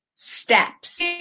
Steps